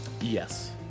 Yes